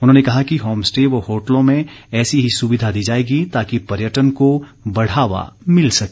उन्होंने कहा कि होमस्टे व होटलों में ऐसी ही सुविधा दी जाएगी ताकि पर्यटन को बढ़ावा मिल सके